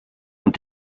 und